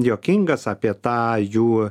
juokingas apie tą jų